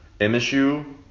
MSU